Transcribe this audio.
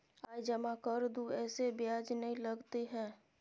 आय जमा कर दू ऐसे ब्याज ने लगतै है?